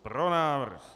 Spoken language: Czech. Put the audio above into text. Pro návrh.